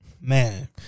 Man